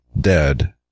dead